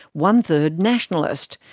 one-third nationalist.